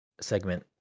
segment